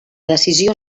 decisió